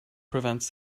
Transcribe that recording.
prevents